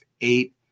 eight